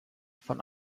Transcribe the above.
von